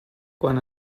quan